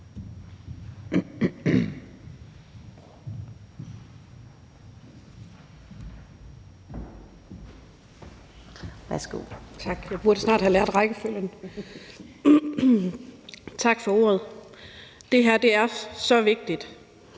Tak for ordet. Det her er så vigtigt.